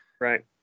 right